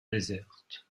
déserte